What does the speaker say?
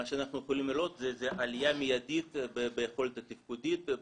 מה שאנחנו יכולים לראות זה עלייה מיידית ביכולת התפקודית,